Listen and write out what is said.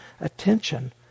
attention